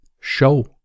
Show